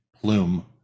plume